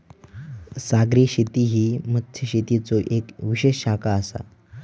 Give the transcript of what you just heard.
सागरी शेती ही मत्स्यशेतीचो येक विशेष शाखा आसा